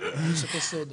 לפחות תביאו לו כוס חד-פעמית.